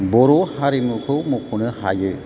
बर' हारिमुखौ मख'नो हायो